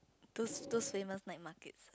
toos toos famous night markets